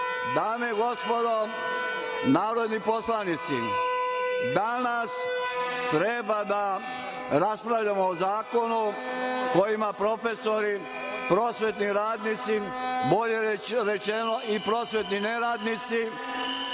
i gospodo narodni poslanici, danas treba da raspravljamo o zakonu kojim profesori, prosvetni radnici, bolje rečeno i prosvetni neradnici,